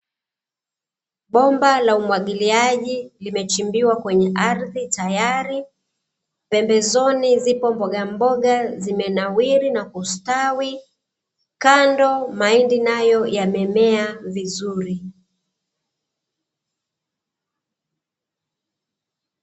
Bomba la umwagiliaji limechimbiwa kwenye ardhi tayari, pembezoni zipo mbogamboga zimenawiri na kustawi, kando mahindi nayo yamemea vizuri.